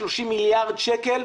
30 מיליארד שקל,